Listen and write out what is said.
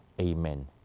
amen